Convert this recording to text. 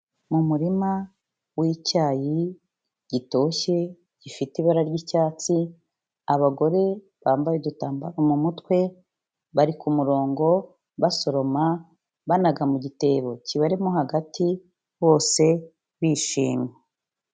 Ni umurima wi'cyayi gitoshye gifite ibara ry'icyatsi, abagore bambaye udutambaro mu mutwe, bari ku murongo, basoroma, banaga mu gitebo kibarimo hagati bose bishimye.